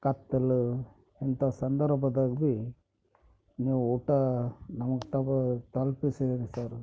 ಕತ್ತಲು ಇಂಥ ಸಂದರ್ಭದಲ್ಲಿ ನೀವು ಊಟ ನಮಗೆ ತಲ್ಪಿಸಿದಿರಿ ಸರ